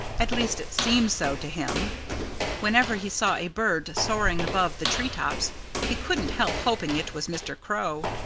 at least, it seemed so to him whenever he saw a bird soaring above the tree-tops he couldn't help hoping it was mr. crow.